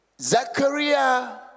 Zachariah